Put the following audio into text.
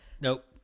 nope